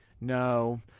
No